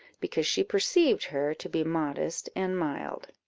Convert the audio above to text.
because she perceived her to be modest and mild.